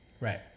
right